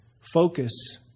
Focus